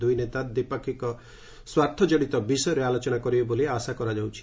ଦୁଇ ନେତା ଦ୍ୱିପାକ୍ଷିକ ସ୍ୱାର୍ଥ କଡ଼ିତ ବିଷୟରେ ଆଲୋଚନା କରିବେ ବୋଲି ଆଶା କରାଯାଉଛି